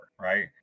right